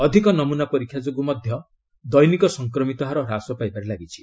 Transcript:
ଅଧିକ ନମୁନା ପରୀକ୍ଷା ଯୋଗୁଁ ମଧ୍ୟ ଦୈନିକ ସଂକ୍ରମିତ ହାର ହ୍ରାସ ପାଇବାରେ ଲାଗିଛି